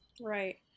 Right